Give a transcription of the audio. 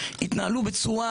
התנהלו בצורה,